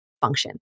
function